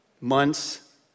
months